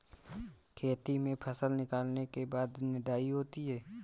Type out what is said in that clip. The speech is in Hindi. खेती में फसल निकलने के बाद निदाई होती हैं?